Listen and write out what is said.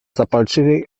zapalczywiej